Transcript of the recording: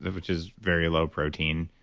and which is very low protein,